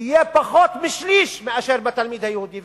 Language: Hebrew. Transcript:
תהיה פחות משליש מאשר בתלמיד היהודי,